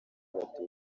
abatutsi